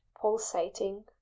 pulsating